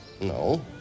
No